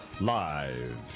Live